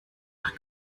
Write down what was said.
nach